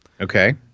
Okay